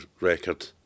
record